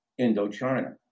Indochina